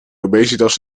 obesitas